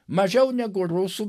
mažiau negu rusų